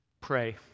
pray